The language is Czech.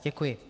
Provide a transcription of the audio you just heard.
Děkuji.